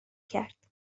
کرد